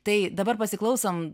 tai dabar pasiklausom